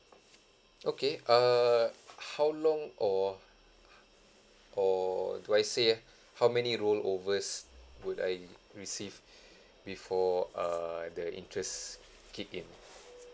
okay err how long or or do I say how many rollovers would I receive before err the interest kick in